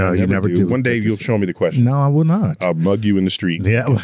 no you never do. one day you'll show me the questions. no i will not. i'll mug you in the street. yeah?